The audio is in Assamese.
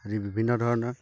আদি বিভিন্ন ধৰণৰ